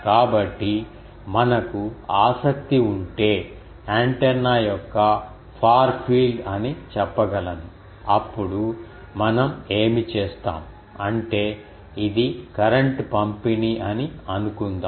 కాబట్టి మనకు ఆసక్తి ఉంటే యాంటెన్నా యొక్క ఫార్ ఫీల్డ్ అని చెప్పగలను అప్పుడు మనం ఏమి చేస్తాం అంటే ఇది కరెంట్ పంపిణీ అని అనుకుందాం